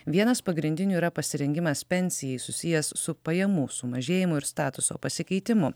vienas pagrindinių yra pasirengimas pensijai susijęs su pajamų sumažėjimu ir statuso pasikeitimu